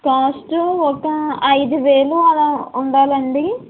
cost ఒక ఐదు వేలు అలా ఉండాలండి